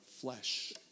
flesh